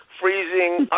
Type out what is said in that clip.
freezing